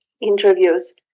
interviews